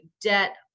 debt